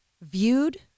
viewed